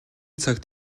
цагт